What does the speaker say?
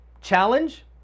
challenge